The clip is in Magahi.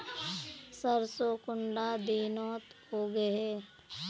सरसों कुंडा दिनोत उगैहे?